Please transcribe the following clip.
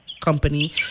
company